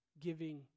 giving